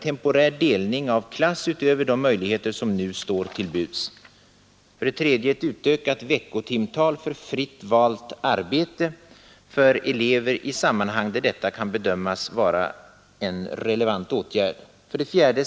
Temporär delning av klass utöver de möjligheter som nu står till buds. 3. Utökat veckotimtal för fritt valt arbete för elever i sammanhang där detta kan bedömas vara en relevant åtgärd. 4.